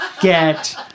get